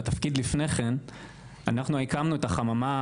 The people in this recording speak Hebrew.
בתפקיד לפני כן אנחנו הקמנו את החממה.